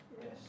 Yes